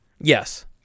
Yes